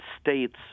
States